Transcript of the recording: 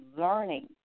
learning